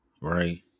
Right